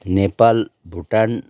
Nepal Bhutan